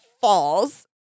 falls